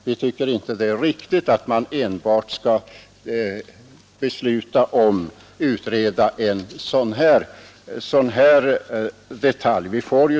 Vi tycker inte det är riktigt att man enbart skall besluta om att utreda en sådan här detalj.